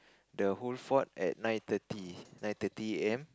the whole fort at nine thirty nine thirty a_m